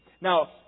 Now